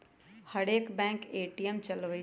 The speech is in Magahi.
हरेक बैंक ए.टी.एम चलबइ छइ